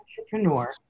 entrepreneur